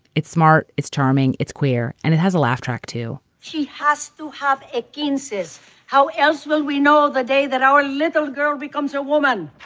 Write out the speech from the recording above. it's smart, it's charming, it's queer and it has a laugh track too he has to have a quinces. how else will we know the day that our little girl becomes a woman?